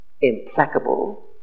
implacable